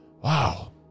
Wow